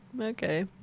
okay